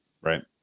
Right